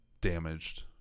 damaged